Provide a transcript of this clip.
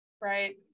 Right